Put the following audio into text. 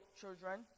children